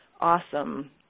Awesome